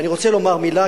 ואני רוצה לומר מלה,